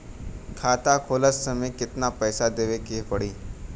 खाता खोलत समय कितना पैसा देवे के पड़ी?